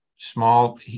small